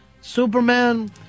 Superman